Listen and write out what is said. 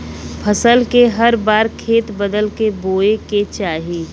फसल के हर बार खेत बदल क बोये के चाही